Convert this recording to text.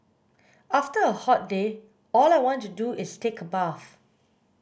after a hot day all I want to do is take a bath